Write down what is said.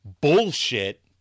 bullshit